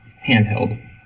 handheld